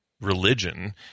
religion